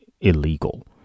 illegal